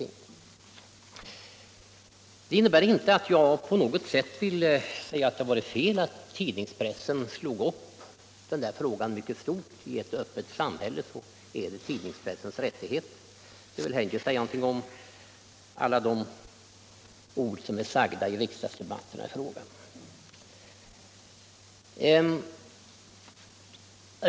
Detta innebär inte att jag på något sätt skulle tycka att det var fel av tidningspressen att slå upp Göteborgsfallet mycket stort. I ett öppet samhille är detta pressens rättighet. Jag vill heller inte säga någonting om aulla de ord som blivit sagda i riksdagsdebatterna i frågan.